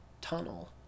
tunnel